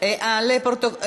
אדוני סגן השר, לא הספקת להצביע?